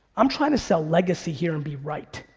i'm trying to sell legacy here and be right.